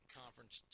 conference